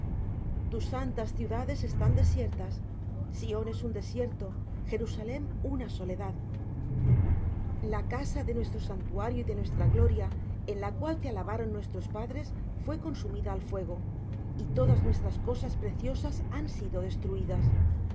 tus santas ciudades están desiertas sión es un desierto jerusalem una soledad la casa de nuestro santuario y de nuestra gloria en la cual te alabaron nuestros padres fué consumida al fuego y todas nuestras cosas preciosas han sido destruídas